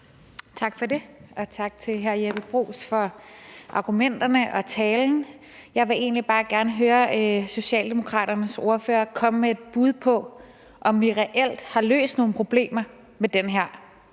Tak for det. Og tak til hr. Jeppe Bruus for argumenterne og for talen. Jeg vil egentlig bare gerne høre Socialdemokraternes ordfører komme med et bud på, om vi reelt har løst nogle problemer med den her